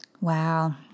Wow